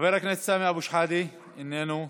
חבר הכנסת סמי אבו שחאדה, איננו,